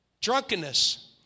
Drunkenness